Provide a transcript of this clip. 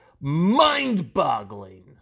mind-boggling